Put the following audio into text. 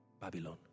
Babylon